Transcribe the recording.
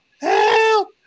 help